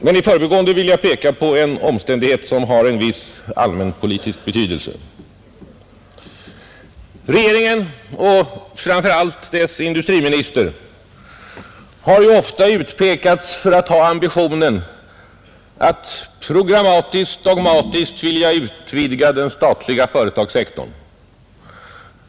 Men i förbigående vill jag peka på en omständighet som har en viss allmänpolitisk betydelse. Regeringen och framför allt dess industriminister har ju ofta utpekats för att ha ambitionen att programmatiskt och dogmatiskt vilja utvidga den statliga företagssektorn.